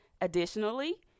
Additionally